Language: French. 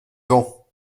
vent